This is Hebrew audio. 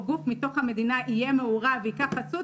או גוף מתוך המדינה יהיה מעורב וייקח חסות,